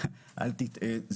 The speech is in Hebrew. אל תטעה,